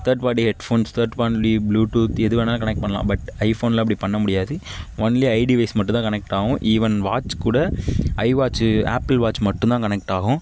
third party headphones third party Bluetooth எது வேணா connect பண்ணலாம் பட் ஐபோனில் அப்படி பண்ண முடியாது ஒன்லி ஐ டிவைஸ் மட்டும் தான் கனெக்ட் ஆகும் ஈவென் வாட்ச் கூட ஐ வாட்ச் ஆப்பிள் வாட்ச் மட்டும் தான் கனெக்ட் ஆகும்